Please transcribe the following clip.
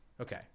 Okay